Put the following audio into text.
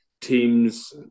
teams